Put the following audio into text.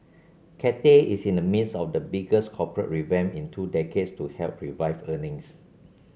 Cathay is in the midst of the biggest corporate revamp in two decades to help revive earnings